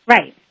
Right